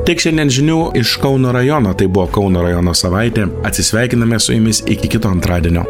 tiek šiandien žinių iš kauno rajono tai buvo kauno rajono savaitė atsisveikiname su jumis iki kito antradienio